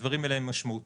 הדברים האלה הם משמעותיים.